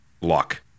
luck